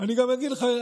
אני גם אגיד לך,